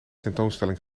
tentoonstelling